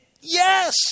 Yes